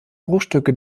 bruchstücke